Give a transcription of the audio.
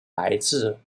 来自